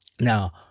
Now